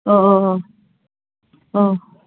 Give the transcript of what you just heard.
अ अ अ अ